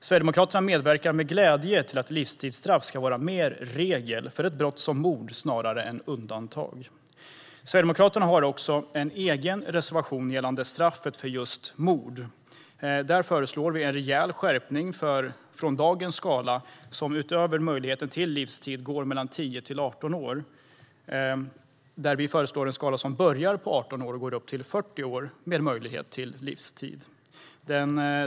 Sverigedemokraterna medverkar med glädje till att livstidsstraff ska vara mer regel än undantag för ett brott som mord. Sverigedemokraterna har också en egen reservation gällande straffet för just mord. Där föreslår vi en rejäl skärpning från dagens skala, som utöver möjligheten till livstid går mellan 10 och 18 år. Vi föreslår en skala som börjar på 18 år och går upp till 40 år med möjlighet till livstid.